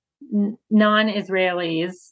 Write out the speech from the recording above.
non-Israelis